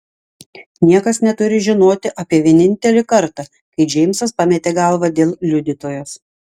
niekas neturi žinoti apie vienintelį kartą kai džeimsas pametė galvą dėl liudytojos